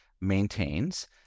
maintains